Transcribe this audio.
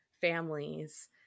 families